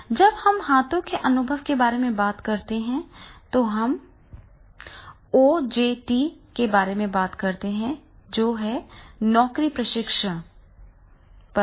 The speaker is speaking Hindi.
जब हम हाथों के अनुभव के बारे में बात करते हैं तो हम OJT के बारे में बात करते हैं जो नौकरी प्रशिक्षण पर है